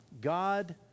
God